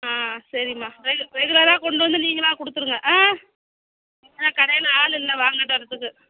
ஆ சரிம்மா ரெகு ரெகுலராக கொண்டு வந்து நீங்களாக கொடுத்துருங்க ஆ ஏன்னா கடையில் ஆள் இல்லை வாங்கிகிட்டு வர்றத்துக்கு